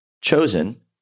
chosen